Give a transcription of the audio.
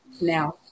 now